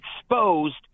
exposed